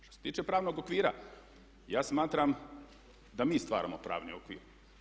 Što se tiče pravnog okvira, ja smatram da mi stvaramo pravni okvir.